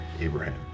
abraham